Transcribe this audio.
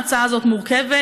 ההצעה הזאת מורכבת,